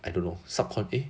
I don't know subcon~ eh